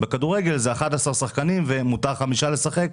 בכדורגל זה 11 שחקנים ומותר חמישה לשחק,